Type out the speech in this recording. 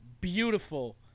beautiful